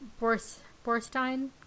Borstein